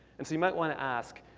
and you might want to ask,